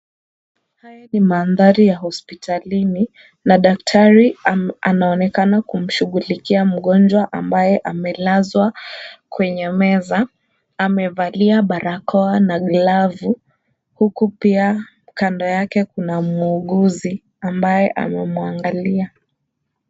Haya ni mandhari ya hospitalini na daktari anaonekana kumshugulikia mgonjwa ambaye amelazwa kwenye meza. Amevalia barakoa na glavu. Huku pia kando yake kuna muuguzi ambaye anamwangalia.